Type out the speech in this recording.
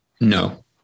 No